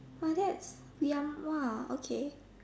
!wah! that's yum !wah! okay